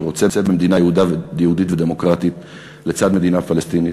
שרוצה במדינה יהודית ודמוקרטית לצד מדינה פלסטינית.